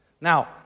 Now